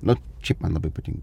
na čia man labai patinka